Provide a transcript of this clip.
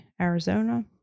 Arizona